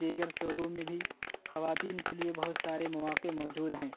دیگر شعبوں میں بھی خواتین کے لیے بہت سارے مواقع موجود ہیں